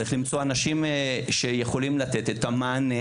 צריך למצוא אנשים שיכולים לתת את המענה